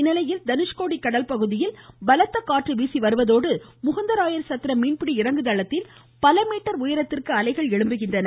இந்நிலையில் தனுஷ்கோடி கடற்பகுதியில் பலத்த காற்று வீசி வருவதோடு முகுந்தராயர் சத்திரம் மீன்பிடி இறங்குதளத்தில் பல மீட்டர் உயரத்திற்கு அலைகள் எழும்புகின்றன